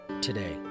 today